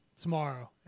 tomorrow